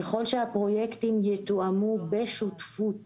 ככל שהפרויקטים יתואמו בשותפות